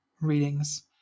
readings